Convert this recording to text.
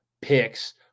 picks